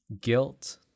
guilt